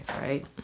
right